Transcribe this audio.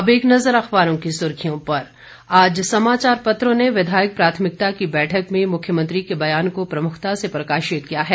अब एक नजर अखबारों की सुर्खियों पर आज समाचार पत्रों ने विधायक प्राथमिकता की बैठक में मुख्यमंत्री के बयान को प्रमुखता से प्रकाशित किया है